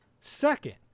Second